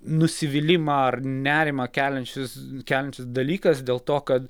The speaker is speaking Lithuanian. nusivylimą ar nerimą keliančius keliantis dalykas dėl to kad